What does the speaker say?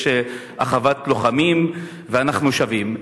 יש אחוות לוחמים ואנחנו שווים.